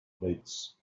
boots